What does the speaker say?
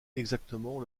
exactement